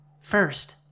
First